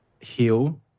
heal